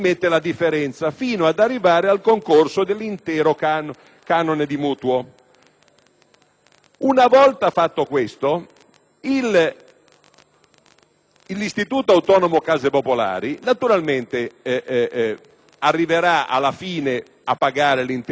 Una volta fatto questo, alla fine, l'Istituto autonomo case popolari arriverà naturalmente a pagare l'intero mutuo, nel frattempo si sarà fatto carico dei costi di manutenzione della casa e così via